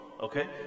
Okay